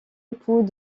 époux